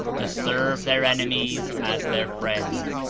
to serve their enemies as their friends,